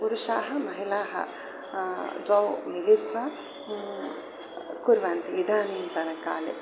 पुरुषाः महिलाः द्वौ मिलित्वा कुर्वन्ति इदानीन्तनकाले